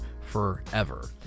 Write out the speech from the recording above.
forever